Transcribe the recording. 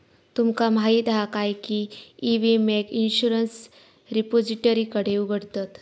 तुमका माहीत हा काय की ई विम्याक इंश्युरंस रिपोजिटरीकडे उघडतत